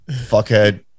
fuckhead